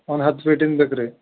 ಒಂದು ಹತ್ತು ಫೀಟಿಂದು ಬೇಕು ರೀ